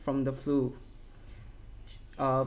from the flu uh